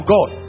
God